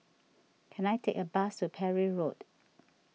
can I take a bus to Parry Road